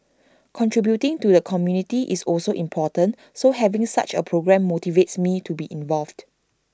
contributing to the community is also important so having such A programme motivates me to be involved